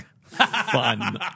Fun